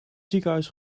ziekenhuis